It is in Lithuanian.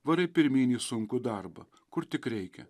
varai pirminį sunkų darbą kur tik reikia